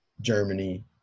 Germany